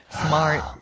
Smart